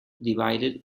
divided